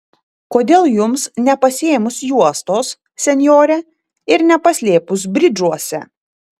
kodėl jums nepasiėmus juostos senjore ir nepaslėpus bridžuose